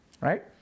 Right